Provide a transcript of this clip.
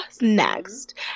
next